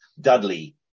Dudley